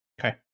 Okay